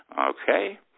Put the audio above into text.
okay